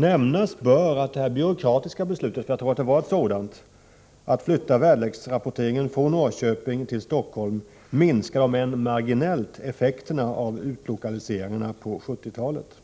Nämnas bör att detta byråkratiska beslut — jag tror att det var ett sådant — att flytta väderleksrapporteringen från Norrköping till Stockholm minskar, om än marginellt, effekterna av utlokaliseringen på 1970-talet. Det förhållandet